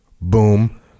Boom